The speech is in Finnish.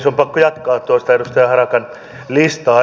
on pakko jatkaa tuota edustaja harakan listaa